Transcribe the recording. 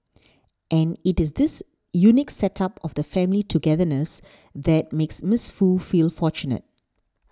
and it is this unique set up of family togetherness that makes Miss Foo feel fortunate